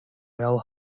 bell